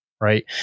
Right